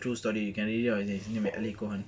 it's a true story you can read it up on elliecohen